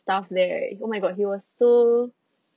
staffs there right oh my god he was so